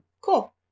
Cool